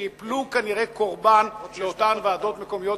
שייפלו כנראה קורבן לאותן ועדות מקומיות,